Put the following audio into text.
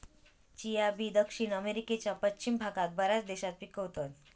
chia बी दक्षिण अमेरिकेच्या पश्चिम भागात बऱ्याच देशात पिकवतत